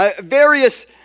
various